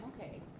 okay